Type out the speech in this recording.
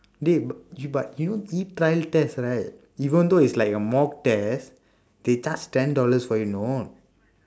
dey but you but you know e-trial test right even though it's like a mock test they charge ten dollars from you know